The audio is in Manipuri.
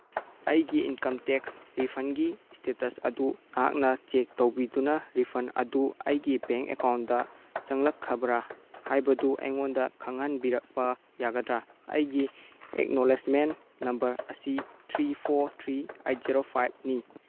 ꯑꯩꯒꯤ ꯏꯟꯀꯝ ꯇꯦꯛꯁ ꯔꯤꯐꯟꯒꯤ ꯏꯁꯇꯦꯇꯁ ꯑꯗꯨ ꯅꯍꯥꯛꯅ ꯆꯦꯛ ꯇꯧꯕꯤꯗꯨꯅ ꯔꯤꯐꯟ ꯑꯗꯨ ꯑꯩꯒꯤ ꯕꯦꯡ ꯑꯦꯀꯥꯎꯟꯇ ꯆꯪꯂꯛꯈ꯭ꯔꯕ꯭ꯔꯥ ꯍꯥꯏꯕꯗꯨ ꯑꯩꯉꯣꯟꯗ ꯈꯪꯍꯟꯕꯤꯔꯛꯄ ꯌꯥꯒꯗ꯭ꯔꯥ ꯑꯩꯒꯤ ꯑꯦꯛꯅꯣꯂꯦꯖꯃꯦꯟ ꯅꯝꯕꯔ ꯑꯁꯤ three four three eight zero ꯐꯥꯏꯚꯅꯤ